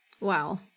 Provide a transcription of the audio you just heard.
Wow